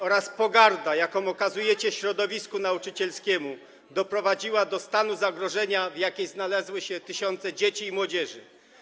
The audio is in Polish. oraz pogarda, jaką okazujecie środowisku nauczycielskiemu, doprowadziła do stanu zagrożenia, w jakim znalazły się tysiące dzieci i młodzieży.